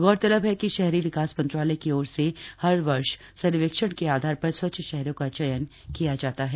गौरतलब है कि शहरी विकास मंत्रालय की ओर से हर वर्ष सर्वेक्षण के आधार पर स्वच्छ शहरों का चयन किया जाता है